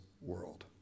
world